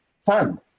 fun